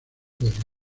delito